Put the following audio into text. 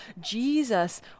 Jesus